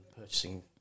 purchasing